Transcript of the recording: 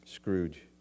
Scrooge